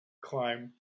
climb